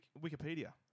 Wikipedia